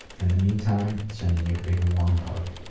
and the meantime, sending you a big warm hug.